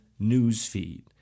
newsfeed